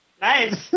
Nice